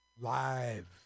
live